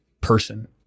person